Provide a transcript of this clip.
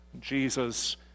Jesus